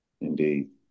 Indeed